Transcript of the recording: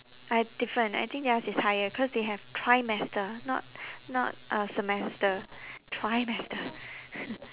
I different I think theirs is higher cause they have trimester not not uh semester trimester